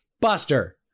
Buster